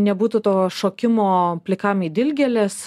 nebūtų to šokimo plikam į dilgėles